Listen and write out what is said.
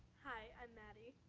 hi, i'm maddie.